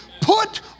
Put